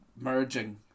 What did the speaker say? merging